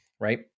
right